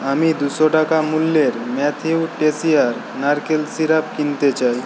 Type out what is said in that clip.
আমি দুশো টাকা মূল্যের ম্যাথিউ টেসিয়ার নারকেল সিরাপ কিনতে চাই